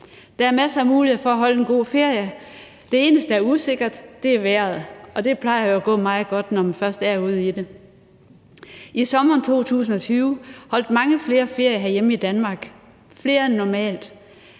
Der er masser af mulighed for at holde en god ferie. Det eneste, der er usikkert, er vejret, og det plejer jo at gå meget godt, når man først er ude i det. I sommeren 2020 holdt mange flere ferie herhjemme i Danmark, flere end normalt.